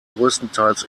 größtenteils